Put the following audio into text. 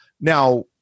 Now